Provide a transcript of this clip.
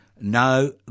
no